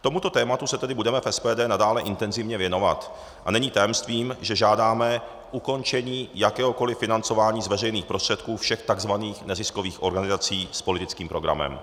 Tomuto tématu se tedy budeme v SPD nadále intenzivně věnovat a není tajemstvím, že žádáme ukončení jakéhokoliv financování z veřejných prostředků všech takzvaných neziskových organizací s politickým programem.